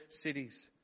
cities